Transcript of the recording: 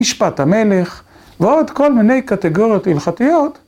משפט המלך, ועוד כל מיני קטגוריות הלכתיות.